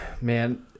man